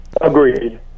Agreed